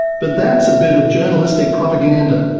but that's a bit of journalistic propaganda.